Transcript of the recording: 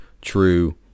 true